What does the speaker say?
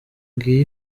ngiyo